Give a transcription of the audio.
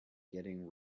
getting